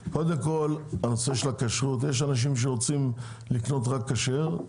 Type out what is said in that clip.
הנושא של הכשרות, יש אנשים שרוצים לקנות רק כשר.